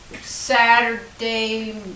Saturday